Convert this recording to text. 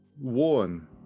one